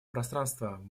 пространства